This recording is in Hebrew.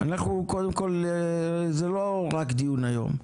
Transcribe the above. אנחנו, קודם כל זה לא רק דיון היום,